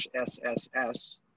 SSS